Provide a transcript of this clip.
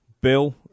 Bill